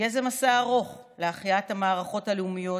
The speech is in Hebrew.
יהיה זה מסע ארוך להחייאת המערכות הלאומיות